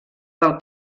del